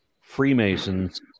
freemasons